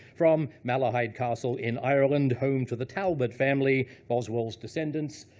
from malahide castle, in ireland, home for the talbot family, boswell's descendants.